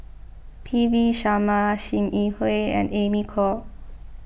P V Sharma Sim Yi Hui and Amy Khor